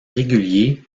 régulier